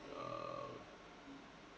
uh